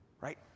right